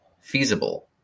feasible